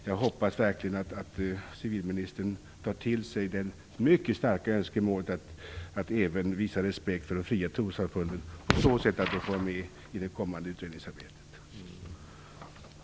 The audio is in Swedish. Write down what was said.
Jag hoppas verkligen att civilministern tar till sig det mycket starka önskemålet att man skall visa respekt även för de fria trossamfunden på det sättet att de får vara med i det kommande utredningsarbetet.